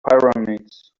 pyramids